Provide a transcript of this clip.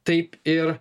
taip ir